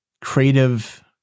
creative